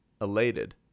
elated